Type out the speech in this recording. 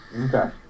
Okay